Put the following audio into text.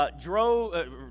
drove